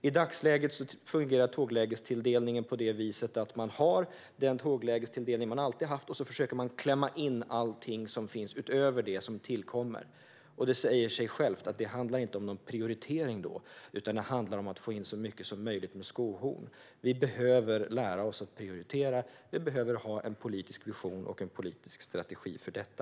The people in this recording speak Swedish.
I dagsläget fungerar tåglägestilldelningen på det viset att man har den tilldelning som man alltid har haft. Sedan försöker man att klämma in allt som finns utöver det som tillkommer. Det säger sig självt att det då inte handlar om någon prioritering, utan det handlar om att med skohorn få in så mycket som möjligt. Vi behöver lära oss att prioritera. Vi behöver ha en politisk vision och en politisk strategi för detta.